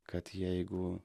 kad jeigu